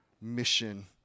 mission